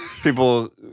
people